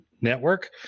Network